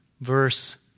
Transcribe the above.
verse